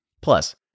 Plus